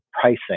pricing